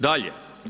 Dalje.